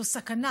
זו סכנה